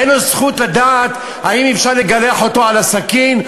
אין לו זכות לדעת האם אפשר לגלח אותו על הסכין,